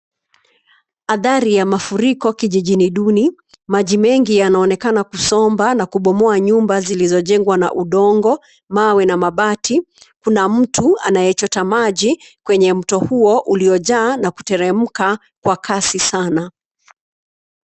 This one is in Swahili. Adhari ya mafuriko kijijini duni. Maji mengi yanaonekana kusomba na kubomoa nyuma zilizojengwa na udongo, mawe na mabati. Kuna mtu anayechota maji kwenye mto huo uliojaa na kuteremka kwa kasi sana.